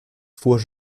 fuhr